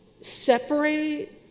separate